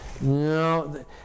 No